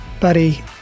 Buddy